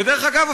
ודרך אגב,